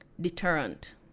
deterrent